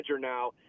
now